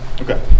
Okay